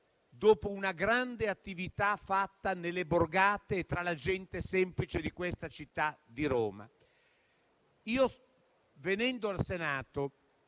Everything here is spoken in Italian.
dopo una grande attività fatta nelle borgate, tra la gente semplice di questa città di Roma.